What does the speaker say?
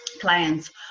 clients